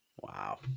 Wow